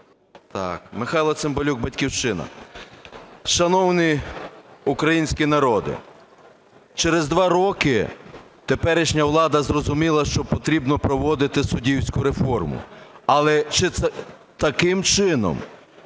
Михайло Цимбалюк, "Батьківщина". Шановний український народе, через 2 роки теперішня влада зрозуміла, що потрібно проводити суддівську реформу. Але чи таким чином?